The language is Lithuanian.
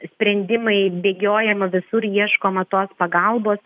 sprendimai bėgiojama visur ieškoma tos pagalbos